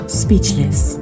speechless